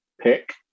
pick